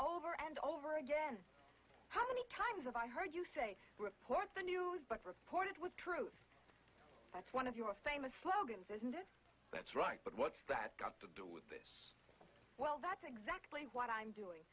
over and over again how many times have i heard you say report the news but report it was truth that's one of your famous slogans isn't it that's right but what's that got to do with well that's exactly what i'm doing